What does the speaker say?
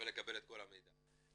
ולקבל את כל המידע.